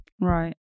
right